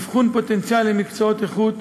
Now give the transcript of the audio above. אבחון פוטנציאל למקצועות איכות,